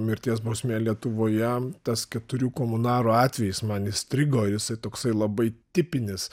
mirties bausmė lietuvoje tas keturių komunarų atvejis man įstrigo jis toksai labai tipinis